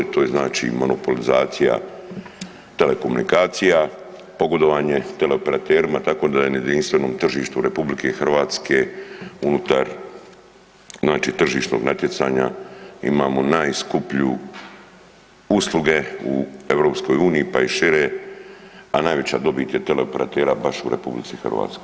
To je znači monopolizacija telekomunikacija, pogodovanje teleoperaterima tako da na jedinstvenom tržištu RH unutar znači tržišnog natjecanja imamo najskuplju usluge u EU pa i šire, a najveća dobit je teleoperatera baš u RH.